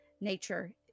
Nature